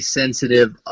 sensitive